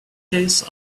case